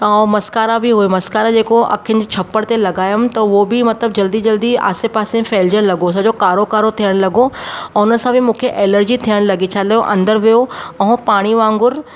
त उहो मस्कारा बि उहो मस्कारा जेको अखियुनि जे छपड़ ते लॻायमि त उहा बि मतिलबु जल्दी जल्दी आसे पासे ते फैलिजियल लॻो सॼो कारो कारो थियणु लॻो ऐं उन सां बि मूंखे एलर्जी थियणु लॻी छा थियो अंदरि वियो ऐं पाणी वांगुरु